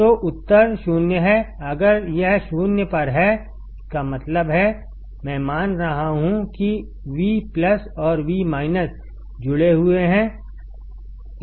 तो उत्तर 0 हैअगर यह 0 पर हैइसका मतलब है मैं मान रहा हूँ कि Vऔर V जुड़े हुए हैं